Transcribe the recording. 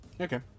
Okay